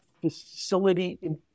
facility